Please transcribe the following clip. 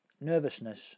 nervousness